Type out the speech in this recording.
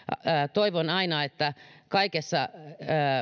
toivon aina että kaikessa